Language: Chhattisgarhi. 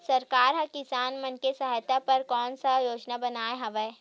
सरकार हा किसान मन के सहायता बर कोन सा योजना बनाए हवाये?